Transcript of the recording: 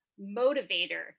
motivator